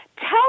Tell